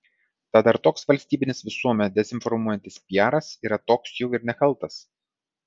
tad ar toks valstybinis visuomenę dezinformuojantis piaras yra toks jau ir nekaltas